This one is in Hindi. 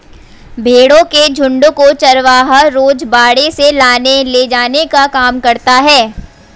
भेंड़ों के झुण्ड को चरवाहा रोज बाड़े से लाने ले जाने का काम करता है